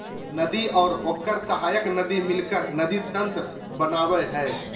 नदी और ओकर सहायक नदी मिलकर नदी तंत्र बनावय हइ